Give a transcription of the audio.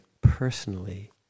personally